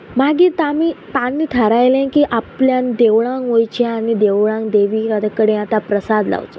मागीर तामी तांणी थारायलें की आपल्यान देवळांक वयचें आनी देवळांक देवी आतां कडेन आतां प्रसाद लावचो